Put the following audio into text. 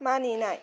मानिनाय